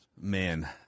Man